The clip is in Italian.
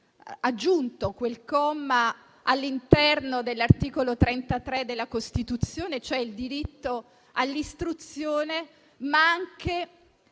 aggiunto quel comma all'interno dell'articolo 33 della Costituzione, relativo al diritto all'istruzione, ma anche